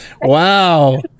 Wow